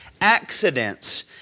accidents